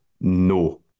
No